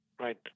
Right